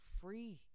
free